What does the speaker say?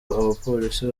abapolisi